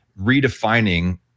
redefining